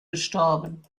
gestorben